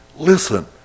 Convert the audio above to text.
listen